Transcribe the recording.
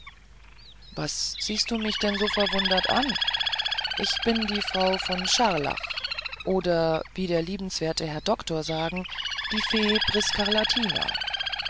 was sieht man mich denn so verwundert an ich bin die frau von scharlach oder wie der liebwerteste herr doktor sagen die fee